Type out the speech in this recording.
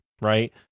right